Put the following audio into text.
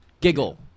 giggle